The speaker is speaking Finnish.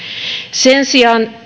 sen sijaan